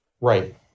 right